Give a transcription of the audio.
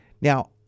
Now